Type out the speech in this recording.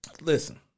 listen